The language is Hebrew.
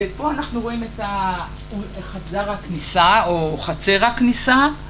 ‫ופה אנחנו רואים את חדר הכניסה, ‫או חצר הכניסה.